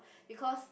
because